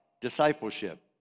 Discipleship